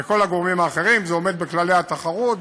וכל הגורמים האחרים שזה עומד בכללי התחרות,